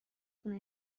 خون